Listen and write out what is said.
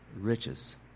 riches